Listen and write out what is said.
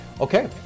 Okay